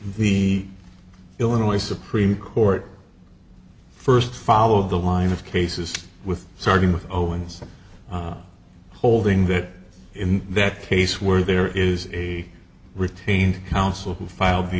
the illinois supreme court first followed the line of cases with starting with owens holding that in that case where there is a retained counsel who filed the